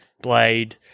Blade